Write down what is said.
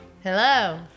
Hello